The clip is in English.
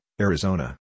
Arizona